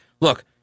look